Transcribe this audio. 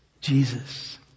Jesus